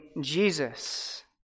Jesus